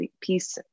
piece